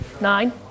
Nine